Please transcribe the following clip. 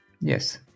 Yes